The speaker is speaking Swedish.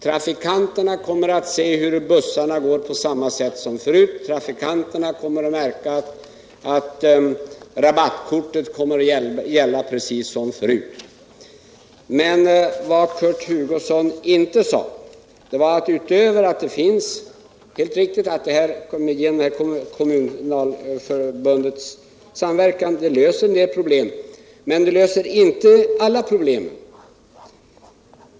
Trafikanterna kommer att se hur bussarna går på samma sätt som förut, trafikanterna kommer att märka att rabattkorten kommer att gälla precis som förut. Vad Kurt Hugosson inte sade var att samverkan inom kommunalförbundet visserligen löser en del problem — men inte alla!